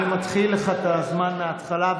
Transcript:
אני מתחיל לך את הזמן מהתחלה.